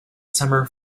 summer